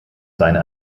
seine